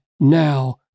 Now